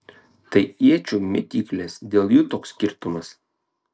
tai iečių mėtyklės dėl jų toks skirtumas